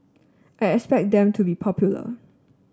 I expect them to be popular